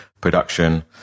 production